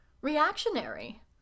reactionary